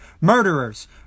murderers